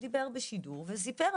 הוא דיבר בשידור וסיפר.